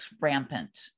rampant